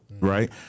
right